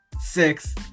six